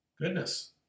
Goodness